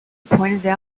pointed